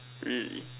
really